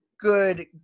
good